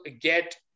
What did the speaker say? get